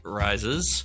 rises